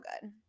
good